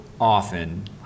often